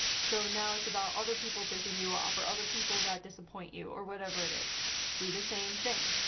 so now it's about other people pissing you off or other people that disappoint you or whatever it is do the same thing.